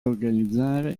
organizzare